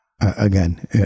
again